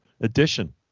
edition